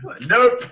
nope